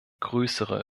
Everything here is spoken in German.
größere